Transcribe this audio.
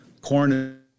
corn